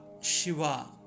Shiva